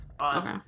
Okay